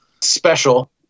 special